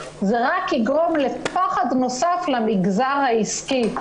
זה רק יגרום לפחד נוסף למגזר העסקי,